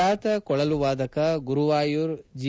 ಬ್ಚಾತ ಕೊಳಲು ವಾದಕ ಗುರುವಾಯೂರ್ ಜಿ